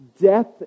death